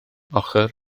ochr